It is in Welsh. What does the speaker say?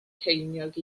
ceiniog